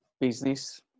business